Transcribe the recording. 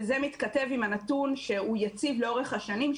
וזה מתכתב עם הנתון שהוא יציב לאורך השנים,